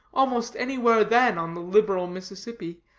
almost anywhere than on the liberal mississippi,